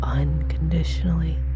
unconditionally